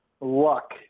Luck